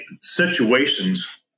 situations